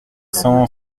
cent